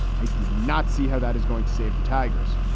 i do not see how that is going to save the tigers.